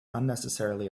unnecessarily